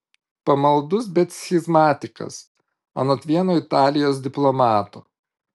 pamaldus bet schizmatikas anot vieno italijos diplomato